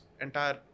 entire